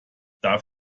darf